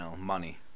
money